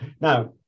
now